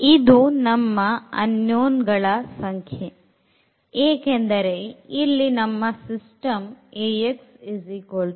ಇದು ನಮ್ಮ unknown ಗಳ ಸಂಖ್ಯೆ ಏಕೆಂದರೆ ಇಲ್ಲಿ ನಮ್ಮ ಸಿಸ್ಟಮ್ Ax b